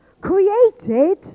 created